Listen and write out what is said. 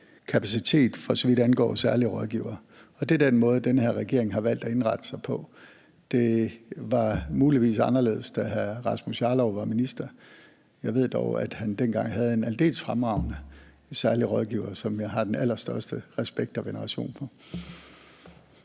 kapacitet, for så vidt angår særlige rådgivere. Det er den måde, den her regering har valgt at indrette sig på. Det var muligvis anderledes, da hr. Rasmus Jarlov var minister, men jeg ved dog, at han dengang havde en aldeles fremragende særlig rådgiver, som jeg har den allerstørste respekt og veneration for.